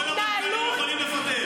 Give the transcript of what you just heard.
כל המנכ"לים יכולים לפטר.